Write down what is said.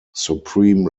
supreme